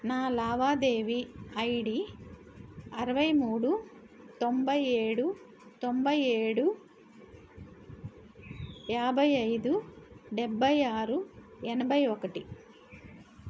నా లావాదేవీ ఐడీ అరవై మూడు తొంభై ఏడు తొంభై ఏడు యాభై ఐదు డెబ్బై ఆరు ఎనభై ఒకటి